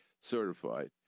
certified